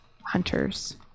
hunters